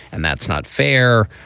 and that's not fair.